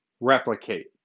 replicate